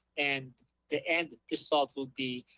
and the end result will be,